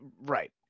Right